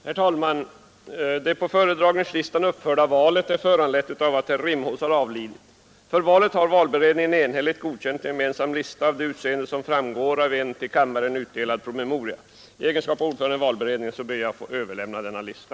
Herr talman! Det på föredragningslistan uppförda valet är föranlett av att herr Rimås avlidit. För valet har valberedningen enhälligt godkänt en gemensam lista av det utseende som framgår av en i kammaren utdelad promemoria. I egenskap av ordförande i valberedningen ber jag att få framlägga denna lista.